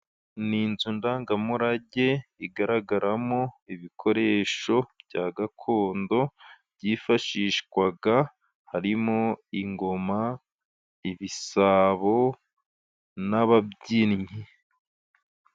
Ni inzu ndangamurage, igaragaramo ibikoresho bya gakondo byifashishwaga harimo:ingoma, ibisabo n'ababyinnyi.